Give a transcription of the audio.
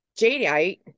jadeite